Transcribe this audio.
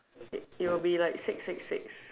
it will be like six six six